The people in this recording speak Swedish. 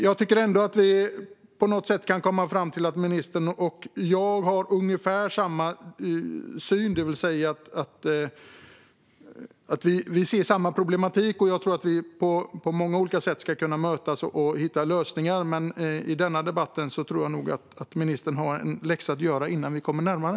Jag tycker ändå att vi kan komma fram till att ministern och jag har ungefär samma syn, det vill säga att vi ser samma problematik. Jag tror att vi på många sätt ska kunna mötas och hitta lösningar, men i denna debatt tror jag att ministern har en läxa att göra innan vi kommer närmare.